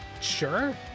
Sure